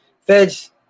Feds